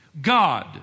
God